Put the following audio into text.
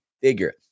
figure